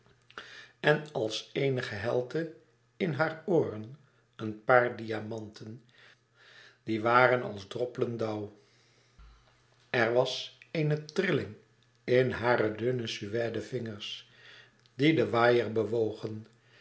en als eenige helte in haar ooren een paar diamanten die waren als droppelen dauw er was eene trilling in hare dunne suède vingers die den waaier bewogen